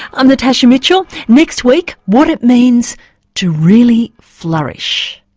i'm natasha mitchell next week what it means to really flourish.